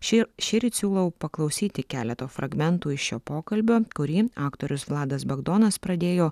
šį šįryt siūlau paklausyti keleto fragmentų iš šio pokalbio kurį aktorius vladas bagdonas pradėjo